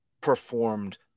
performed